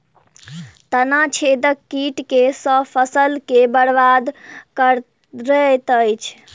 तना छेदक कीट केँ सँ फसल केँ बरबाद करैत अछि?